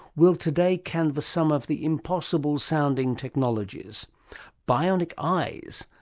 will today canvas some of the impossible-sounding technologies bionic eyes,